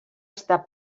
estar